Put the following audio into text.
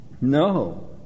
No